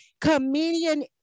Comedian